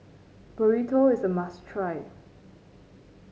burrito is a must try